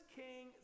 king